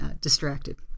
distracted